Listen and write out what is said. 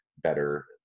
better